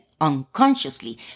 unconsciously